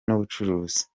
n’ubucuruzi